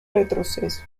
retroceso